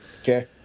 Okay